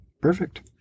perfect